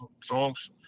songs